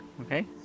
Okay